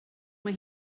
mae